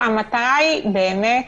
המטרה היא באמת